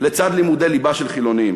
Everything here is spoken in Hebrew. לצד לימודי ליבה של חילונים.